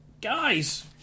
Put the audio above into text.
guys